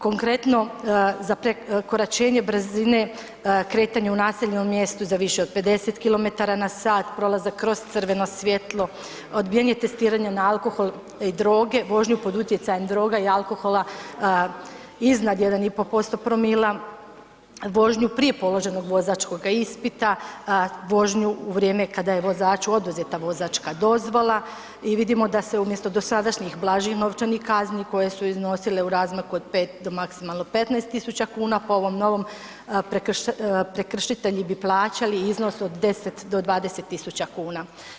Konkretno za prekoračenje brzine kretanje u naseljenom mjestu za više od 50 km/h, prolazak kroz crveno svjetlo, odbijanje testiranja na alkohol i droge, vožnju pod utjecajem droga i alkohola iznad 1,5% promila, vožnju prije položenog vozačkog ispita, vožnju u vrijeme kada je vozaču oduzeta vozačka dozvola i vidimo da se umjesto dosadašnjih blažih novčanih kazni koje su iznosile u razmaku od 5 do maksimalno 15.000 kuna po ovom novom prekršitelji bi plaćali iznos od 10 do 20.000 kuna.